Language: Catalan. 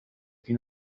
qui